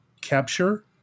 capture